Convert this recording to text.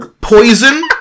Poison